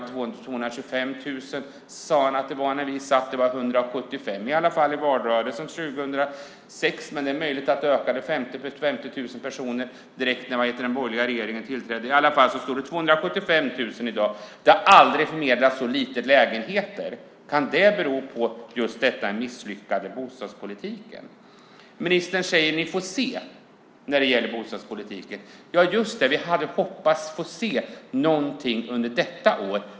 225 000 sade han att det var när vi regerade. Det var i alla fall 175 000 i valrörelsen 2006, men det är möjligt att det ökade med 50 000 personer direkt när det borgerliga regeringen tillträdde. I alla fall är det 275 000 som står i bostadskö i dag. Det har aldrig förmedlats så lite lägenheter. Kan det bero på just den misslyckade bostadspolitiken? Ministern säger att vi får se när det gäller bostadspolitiken. Ja, just det! Vi hade hoppats få se någonting under detta år.